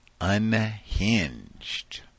unhinged